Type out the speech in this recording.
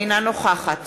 אינה נוכחת